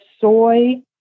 soy